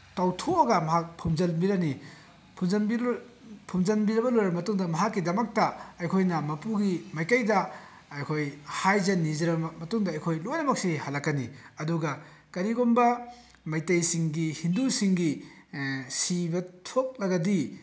ꯇꯧꯊꯣꯛꯑꯒ ꯃꯍꯥꯛ ꯐꯨꯝꯖꯤꯟꯕꯤꯔꯅꯤ ꯐꯨꯝꯖꯤꯟꯕꯤꯔꯕ ꯂꯣꯏꯔꯕ ꯃꯇꯨꯡꯗ ꯃꯍꯥꯛꯀꯤꯗꯃꯛꯇ ꯑꯩꯈꯣꯏꯅ ꯃꯄꯨꯒꯤ ꯃꯥꯏꯀꯩꯗ ꯑꯩꯈꯣꯏ ꯍꯥꯏꯖ ꯅꯤꯡꯖꯔꯕ ꯃꯇꯨꯡꯗ ꯑꯩꯈꯣꯏ ꯂꯣꯏꯃꯛꯁꯤ ꯍꯜꯂꯛꯀꯅꯤ ꯑꯗꯨꯒ ꯀꯔꯤꯒꯨꯝꯕ ꯃꯩꯇꯩꯁꯤꯡꯒꯤ ꯍꯤꯟꯗꯨꯁꯤꯡꯒꯤ ꯁꯤꯕ ꯊꯣꯛꯂꯒꯗꯤ